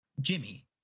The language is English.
Jimmy